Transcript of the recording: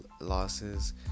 losses